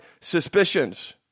suspicions